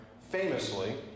Famously